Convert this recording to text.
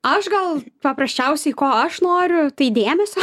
aš gal paprasčiausiai ko aš noriu tai dėmesio